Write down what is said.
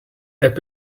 app